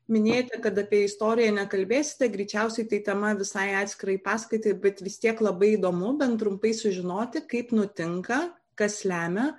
minėjoti kad apie istoriją nekalbėsite greičiausiai tai tema visai atskirai paskaitai bet vis tiek labai įdomu bent trumpai sužinoti kaip nutinka kas lemia